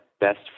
best